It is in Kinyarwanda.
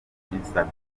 instagram